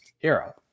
era